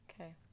okay